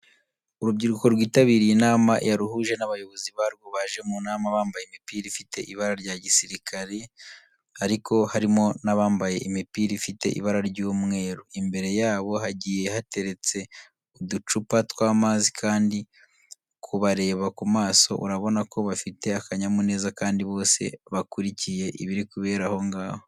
Urubyiruko rwitabiriye inama yaruhuje n'abayobozi barwo baje mu nama, bambaye imipira ifite ibara rya gisirikare ariko harimo n'abambaye imipira ifite ibara ry'umweru. Imbere yabo hagiye hateretse uducupa tw'amazi kandi kubareba ku maso urabona ko bafite akanyamuneza kandi bose bakurikiye ibiri kubera aho ngaho.